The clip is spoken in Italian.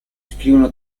scrivono